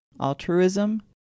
altruism